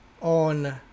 on